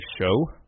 show